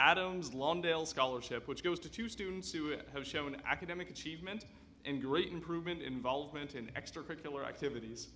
adam's lawndale scholarship which goes to two students who would have shown academic achievement and great improvement involvement in extracurricular activities